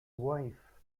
wife